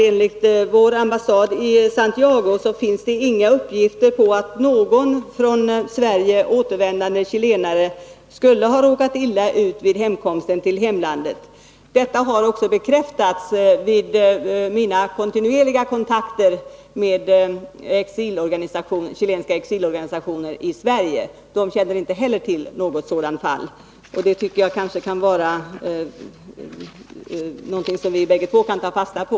Enligt vår ambassad i Santiago finns det nämligen inga uppgifter om att någon från Sverige återvändande chilenare skulle ha råkat illa ut vid återkomsten till hemlandet. Detta har även bekräftats vid mina kontinuerliga kontakter med chilenska exilorganisationer i Sverige. Inte heller de känner till något fall av det slaget. Det tycker jag är någonting som vi bägge två kan ta fasta på.